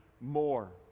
more